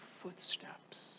footsteps